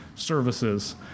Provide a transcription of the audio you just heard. services